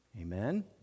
Amen